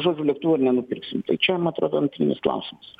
žodžiu lėktuvą ar nenupirksim tai čia man atrodo antrinis klausimas